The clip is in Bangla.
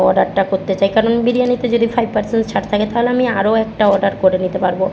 অর্ডারটা করতে চাই কারণ বিরিয়ানিতে যদি ফাইভ পার্সেন্ট ছাড় থাকে তাহলে আমি আরও একটা অর্ডার করে নিতে পারব